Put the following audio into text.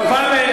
חבל,